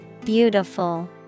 Beautiful